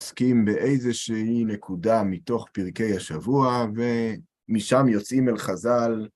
עוסקים באיזושהי נקודה מתוך פרקי השבוע, ומשם יוצאים אל חזל.